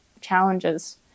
challenges